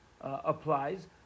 applies